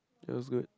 that was good